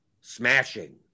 smashing